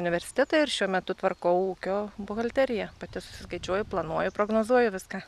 universitetą ir šiuo metu tvarkau ūkio buhalteriją pati susiskaičiuoju planuoju prognozuoju viską